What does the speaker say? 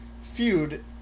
feud